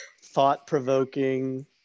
thought-provoking